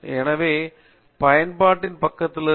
எனவே பயன்பாட்டின் பக்கத்திலிருந்து